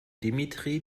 dimitri